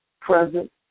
present